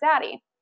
Daddy